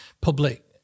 public